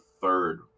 third